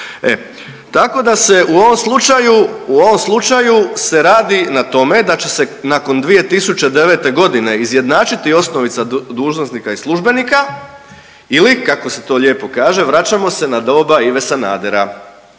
slučaju, u ovom slučaju se radi na tome da će nakon 2009. godine izjednačiti osnovica dužnosnika i službenika ili kako se to lijepo kaže vraćamo se na doba Ive Sanadera